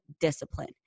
discipline